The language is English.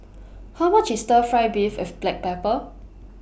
How much IS Stir Fry Beef with Black Pepper